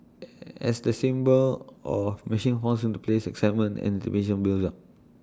as the symbols of machine falls into place excitement and builds up